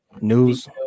news